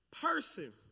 person